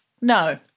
No